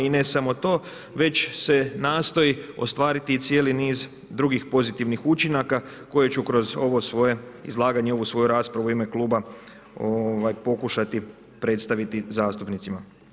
I ne samo to, već se nastoji ostvariti cijeli niz drugih pozitivnih učinaka koje ću kroz ovo svoje izlaganje, ovu svoju raspravu u ime kluba pokušati predstaviti zastupnicima.